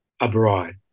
abroad